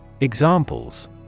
Examples